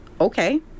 Okay